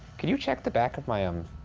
can you check the back of my um